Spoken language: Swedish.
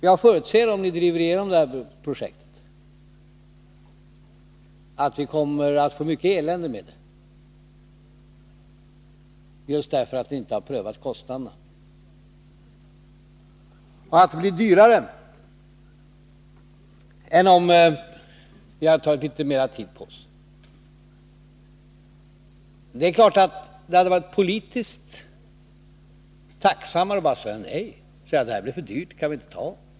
Jag förutser att vi, om ni driver igenom detta projekt, kommer att få mycket elände med det, just därför att ni inte har prövat kostnaderna, och att det blir dyrare än om vi hade tagit litet mera tid på oss. Det är klart att det hade varit politiskt tacksammare att bara säga: Nej, det här blir för dyrt, det kan vi inte ta.